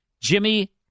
Jimmy